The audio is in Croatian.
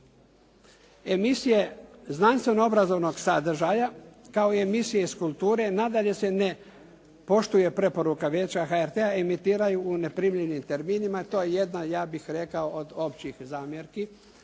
Emisije znanstveno-obrazovnog sadržaja kao i emisije iz kulture nadalje se ne poštuje preporuka Vijeća HRT-a emitiraju u neprimjenjenim terminima. To je jedna ja bih rekao od općih zamjerki